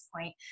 point